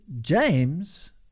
James